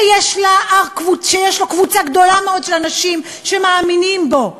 שיש לו קבוצה גדולה של אנשים שמאמינים בו,